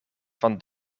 van